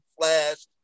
flash